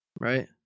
right